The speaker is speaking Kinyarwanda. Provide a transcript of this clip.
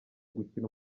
gukina